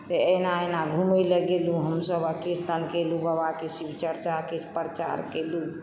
अहिना अहिना घुमयलऽ गेलु हमसभ आ कीर्तन कयलू बाबाके शिवचर्चाके प्रचार कयलू